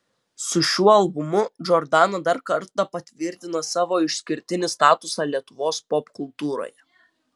su šiuo albumu džordana dar kartą patvirtina savo išskirtinį statusą lietuvos popkultūroje